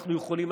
אנחנו יכולים,